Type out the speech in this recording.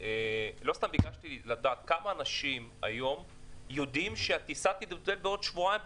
לא סתם ביקשתי לדעת כמה אנשים היום יודעים שהטיסה תתבטל בעוד שבועיים,